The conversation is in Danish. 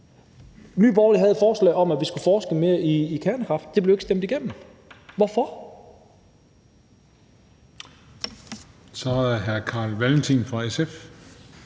Nye Borgerlige havde et forslag om, at vi skulle forske noget mere i kernekraft. Det blev ikke stemt igennem. Hvorfor? Kl. 16:54 Den fg.